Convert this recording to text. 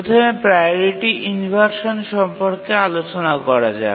প্রথমে priority inversion সম্পর্কে আলোচনা করা যাক